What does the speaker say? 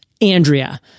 Andrea